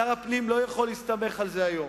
שר הפנים לא יכול להסתמך על זה היום.